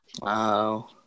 Wow